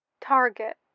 Target